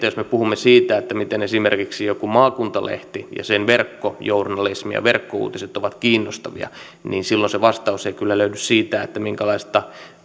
jos me puhumme siitä miten esimerkiksi joku maakuntalehti ja sen verkkojournalismi ja verkkouutiset ovat kiinnostavia niin silloin se vastaus ei kyllä löydy siitä minkälaista